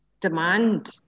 demand